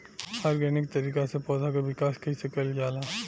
Organic तरीका से पौधा क विकास कइसे कईल जाला?